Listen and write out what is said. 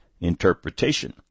interpretation